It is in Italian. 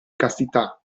castità